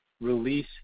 release